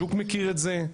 השוק מכיר את זה,